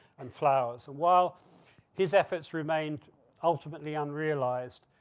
and flowers. while his efforts remained ultimately unrealized,